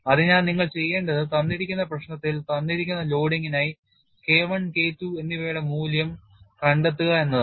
അതിനാൽ നിങ്ങൾ ചെയ്യേണ്ടത് തന്നിരിക്കുന്ന പ്രശ്നത്തിൽ തന്നിരിക്കുന്ന ലോഡിംഗിനായി K I K II എന്നിവയുടെ മൂല്യം കണ്ടെത്തുക എന്നതാണ്